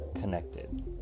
connected